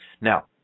now